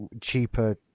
cheaper